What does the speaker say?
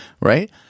Right